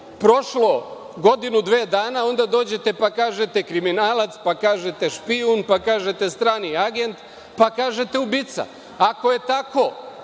prošlo godinu dve dana, onda dođete pa kažete kriminalac, pa kažete špijun, pa kažete strani agent, pa kažete ubica. Ako je tako,